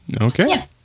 Okay